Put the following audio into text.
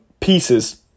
pieces